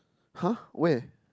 !huh! where